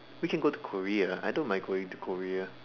we can go to Korea I don't mind going to Korea